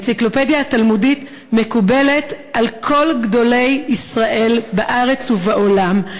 "האנציקלופדיה התלמודית" מקובלת על כל גדולי ישראל בארץ ובעולם,